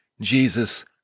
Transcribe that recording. Jesus